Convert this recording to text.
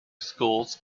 schools